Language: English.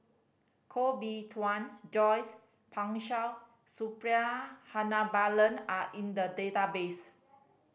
Koh Bee Tuan Joyce Pan Shou Suppiah Dhanabalan are in the database